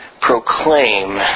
proclaim